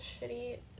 shitty